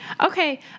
Okay